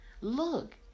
Look